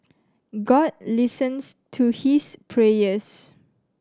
God listens to his prayers